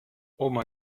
oma